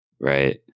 Right